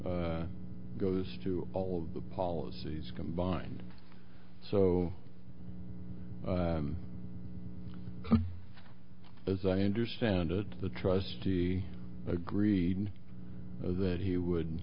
t goes to all the policies combined so as i understand it the trustee agreed that he would